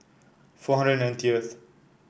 four hundred and ninety th